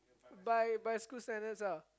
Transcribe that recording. my my school send us out